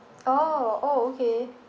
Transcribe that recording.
oh oh okay